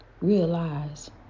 realize